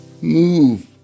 move